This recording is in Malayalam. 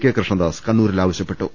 കെ കൃഷ്ണദാസ് കണ്ണൂരിൽ ആവശ്യപ്പെട്ടു